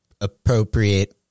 appropriate